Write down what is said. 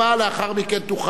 לאחר מכן תוכל,